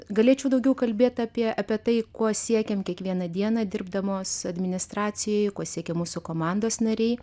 galėčiau daugiau kalbėt apie apie tai ko siekiam kiekvieną dieną dirbdamos administracijoj ko siekia mūsų komandos nariai